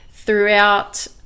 throughout